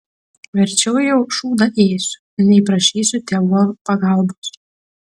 verčiau jau šūdą ėsiu nei prašysiu tėvų pagalbos